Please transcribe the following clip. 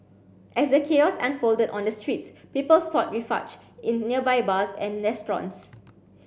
as the chaos unfolded on the streets people sought refuge in nearby bars and restaurants